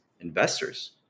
investors